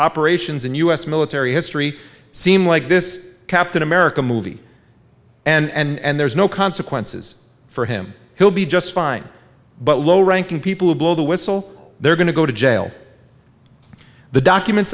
operations in u s military history seem like this captain america movie and there's no consequences for him he'll be just fine but low ranking people who blow the whistle they're going to go to jail the documents